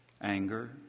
anger